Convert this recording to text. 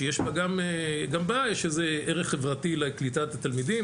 שגם בה יש איזה ערך חברתי לקליטת התלמידים